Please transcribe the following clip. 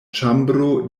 ĉambro